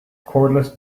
cordless